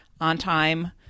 on-time